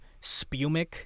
Spumic